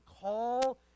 call